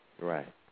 Right